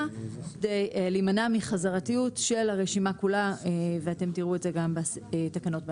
כדי להימנע מחזרתיות של הרשימה כולה ואתם תראו את זה גם בתקנות בהמשך.